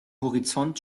horizont